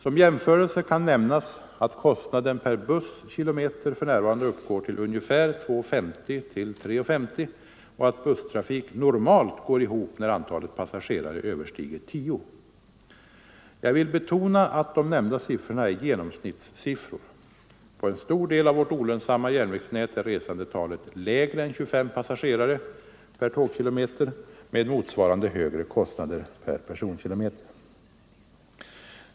Som jämförelse kan nämnas, att kostnaden per busskilometer för närvarande uppgår till ungefär 2:50-3:50 kronor och att busstrafik normalt går ihop, när antalet passagerare överstiger 10. Jag vill betona, att de nämnda siffrorna är genomsnittssiffror. På en stor del av vårt olönsamma järnvägsnät är resandetalet lägre än 25 passagerare per tågkilometer med motsvarande högre kostnader per personkilometer.